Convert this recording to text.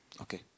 okay